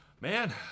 Man